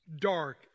dark